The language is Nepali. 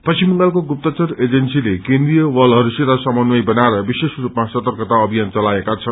पश्चिम बंगालको गुप्तचर एजेन्सीले केन्द्रीय बलहरूसित समन्वय बनाएर विशेष रूपमा सतर्कता अभियान चलाएका छन्